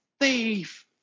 thief